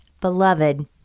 beloved